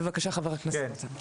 בבקשה, חבר הכנסת יוראי.